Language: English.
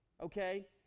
okay